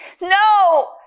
No